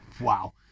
wow